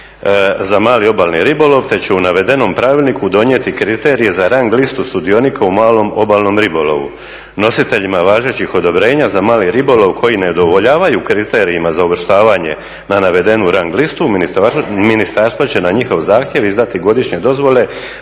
za mali obalni ribolov, te će u navedenom pravilniku donijeti kriterije za rang listu sudionika u malom obalnom ribolovu. Nositeljima važećih odobrenja za mali ribolov koji ne udovoljavaju kriterijima za uvrštavanje na navedenu rang listu ministarstvo će na njihov zahtjev izdati godišnje dozvole